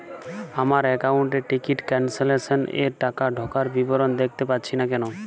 আমার একাউন্ট এ ticket cancellation এর টাকা ঢোকার বিবরণ দেখতে পাচ্ছি না কেন?